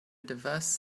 diverse